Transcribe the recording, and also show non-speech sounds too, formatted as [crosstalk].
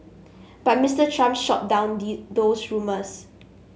but Mister Trump shot down [unintelligible] those rumours